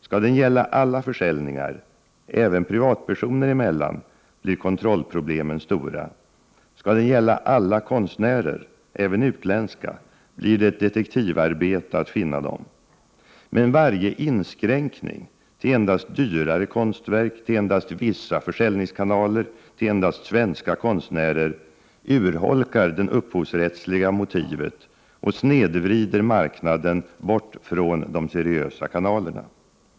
Skall den gälla alla försäljningar, även privatpersoner emellan, blir kontrollproblemen stora. Skall den gälla alla konstnärer, även utländska, blir det ett detektivarbete att finna dem. Men varje inskränkning — till endast dyrare konstverk, till endast vissa försäljningskanaler, till endast svenska konstnärer — urholkar det upphovsrättsliga motivet och snedvrider marknaden bort från de seriösa kanalerna.